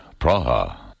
Praha